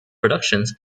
productions